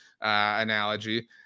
analogy